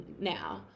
now